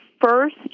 first